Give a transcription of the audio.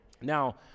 Now